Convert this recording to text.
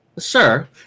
Sure